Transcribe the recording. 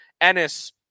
Ennis